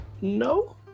No